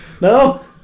No